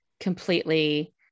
completely